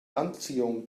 anziehung